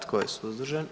Tko je suzdržan?